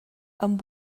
amb